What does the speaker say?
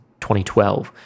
2012